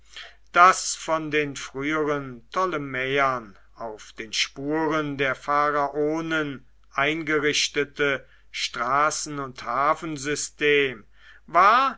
das von den früheren ptolemäern auf den spuren der pharaonen eingerichtete straßen und hafensystem war